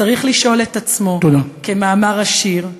צריך לשאול את עצמו, כמאמר השיר: